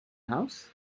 house